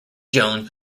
jones